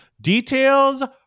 Details